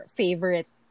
favorite